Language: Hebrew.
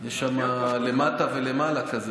יש שם למעלה ולמטה.